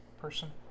person